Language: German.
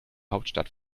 hauptstadt